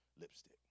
lipstick